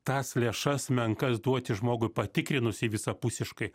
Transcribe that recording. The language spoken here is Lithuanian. tas lėšas menkas duoti žmogui patikrinus jį visapusiškai